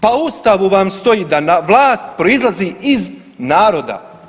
Pa u ustavu vam stoji da vlast proizlazi iz naroda.